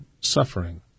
suffering